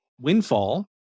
windfall